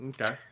okay